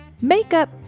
Makeup